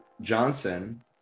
johnson